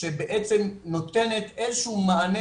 שבעצם נותנת איזה שהוא מענה,